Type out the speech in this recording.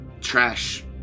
trash